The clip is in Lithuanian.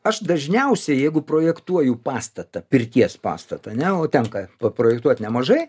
aš dažniausiai jeigu projektuoju pastatą pirties pastatą ane o tenka paprojektuot nemažai